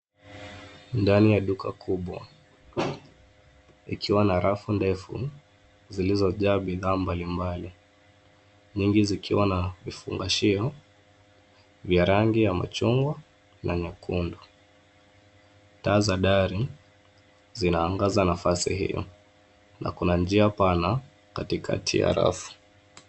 Ndani ya duka kubwa ikiwa na rafu ndefu zilizojaa bidhaa mbalimbali, nyingi zikiwa na vifungashio vya rangi ya machungwa na nyekundu. Taa za dari zinaangaza nafasi io na kuna njia pana katikati ya rafu.